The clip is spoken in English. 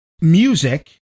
music